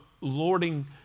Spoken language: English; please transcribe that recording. lording